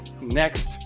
Next